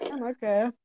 Okay